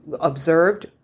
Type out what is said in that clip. observed